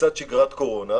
לצד שגרת קורונה,